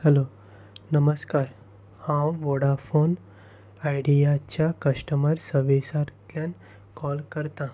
hello नमस्कार हांव Vodafone आयडियाच्या कस्टमर सर्विसांतल्यान कॉल करता